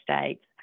States